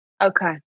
Okay